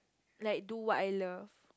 like do what I love